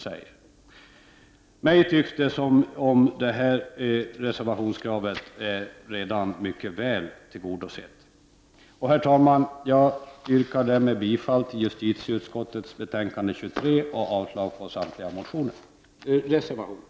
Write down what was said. För mig tycks det som att detta reservationskrav redan är mycket väl tillgodosett. Herr talman! Jag yrkar härmed bifall till hemställan i justitieutskottets betänkande 23 och avslag på samtliga reservationer.